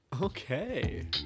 Okay